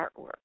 artwork